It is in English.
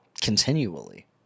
Continually